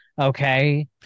okay